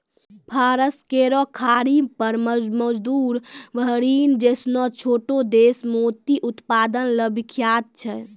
फारस केरो खाड़ी पर मौजूद बहरीन जैसनो छोटो देश मोती उत्पादन ल विख्यात छै